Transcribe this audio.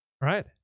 right